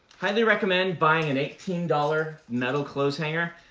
highly recommend buying an eighteen dollars metal clothes hangar,